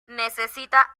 necesita